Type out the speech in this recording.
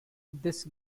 these